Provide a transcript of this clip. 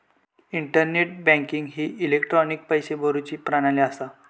internet banking ही एक electronic पैशे भरुची प्रणाली असा